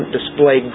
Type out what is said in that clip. display